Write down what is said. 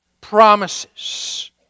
promises